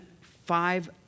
five